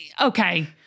Okay